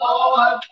Lord